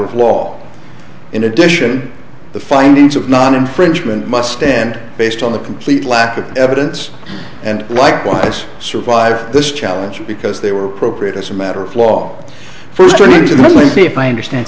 of law in addition the findings of not infringement must stand based on the complete lack of evidence and likewise survive this challenge because they were appropriate as a matter of law first originally if i understand